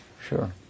Sure